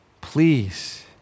please